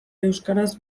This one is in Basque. euskaraz